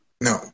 No